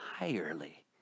entirely